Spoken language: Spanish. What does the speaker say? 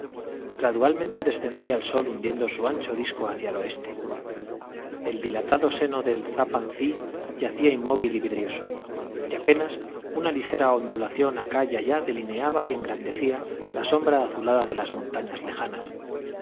gradualmente descendía el sol hundiendo su ancho disco hacia el oeste el dilatado seno del tappan zee yacía inmóvil y vidrioso y apenas una ligera ondulación acá y allá delineaba y engrandecía la sombra azulada de las montañas lejanas